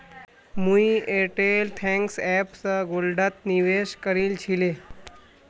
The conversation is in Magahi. मुई एयरटेल थैंक्स ऐप स गोल्डत निवेश करील छिले